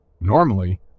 Normally